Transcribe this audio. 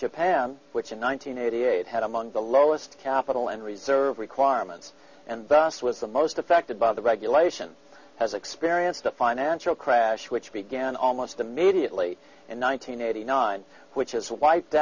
japan which in one nine hundred eighty eight had among the lowest capital in reserve requirements and thus was the most affected by the regulation has experienced the financial crash which began almost immediately in one nine hundred eighty nine which is wiped